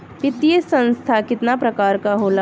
वित्तीय संस्था कितना प्रकार क होला?